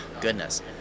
goodness